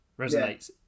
resonates